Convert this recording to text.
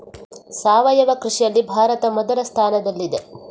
ಸಾವಯವ ಕೃಷಿಯಲ್ಲಿ ಭಾರತ ಮೊದಲ ಸ್ಥಾನದಲ್ಲಿದೆ